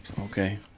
Okay